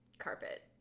Carpet